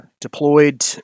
deployed